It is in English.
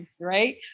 right